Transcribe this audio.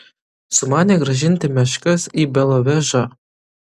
sumanė grąžinti meškas į belovežą